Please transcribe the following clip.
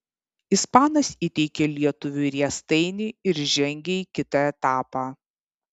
ispanas įteikė lietuviui riestainį ir žengė į kitą etapą